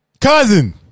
Cousin